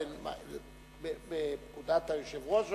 בפקודת היושב-ראש,